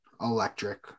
electric